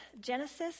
Genesis